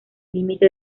límite